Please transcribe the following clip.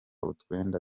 utwenda